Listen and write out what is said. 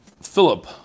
Philip